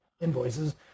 invoices